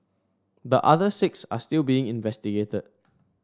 the other six are still being investigated